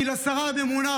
כי השרה הממונה,